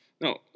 No